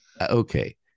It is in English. Okay